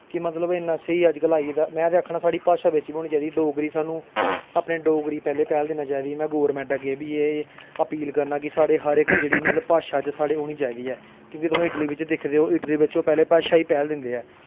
कि मतलब इ'न्ना स्हेई अज्जकल आई गेदा में ते आखना साढ़ी भाशा बिच गै होनी चाहिदी साढ़ी डोगरी सानूं अपनी डोगरी पैह्लें पैह्ल देना चाहिदी में गौरमेंट अग्गें एह् बी अपील करना कि साढ़े हर इक मतलब जेह्ड़ी कि हर इक भाशा च होनी चाहिदी ऐ क्योंकि तुस इटली बिच दिखदे ओ इटली बिच ओह् भाशा गी पैह्लें पैह्ल दिंदे न